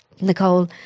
Nicole